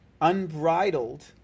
unbridled